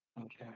Okay